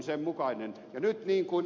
ja nyt mihin ed